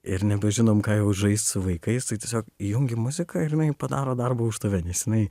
ir nebežinom ką jau žaist su vaikais tai tiesiog įjungiam muziką ir padaro darbą už tave nes jinai